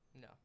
No